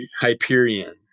Hyperion